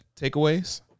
takeaways